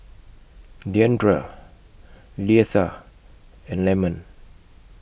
Deandra Leitha and Lemon